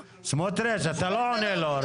--- רוסלאן, אתה לא עונה לו.